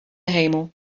hemel